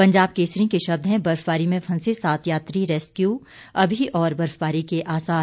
पंजाब केसरी के शब्द हैं बर्फबारी में फंसे सात यात्री रेस्क्यू अभी और बर्फबारी के आसार